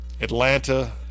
Atlanta